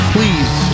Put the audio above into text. Please